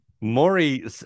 Maury